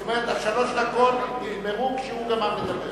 זאת אומרת, שלוש הדקות נגמרו כשהוא גמר לדבר.